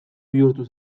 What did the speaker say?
bihurtu